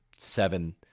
seven